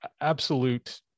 absolute